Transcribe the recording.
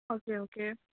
okay okay